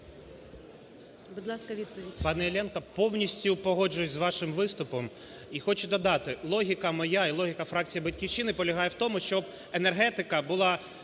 Пане Іллєнко, повністю погоджуюсь з вашим виступом. І хочу додати: логіка моя і логіка фракції "Батьківщина" полягає у тому, щоб енергетика була